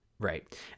right